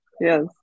Yes